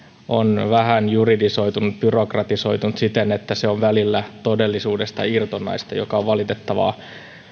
on vähän juridisoitunut byrokratisoitunut siten että se on välillä todellisuudesta irtonaista mikä on valitettavaa